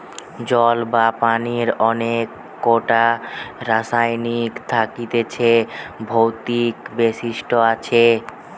জল বা পানির অনেক কোটা রাসায়নিক থাকতিছে ভৌতিক বৈশিষ্ট আসে